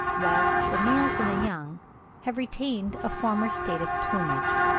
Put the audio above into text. whilst the males and the young have retained a former state of plumage.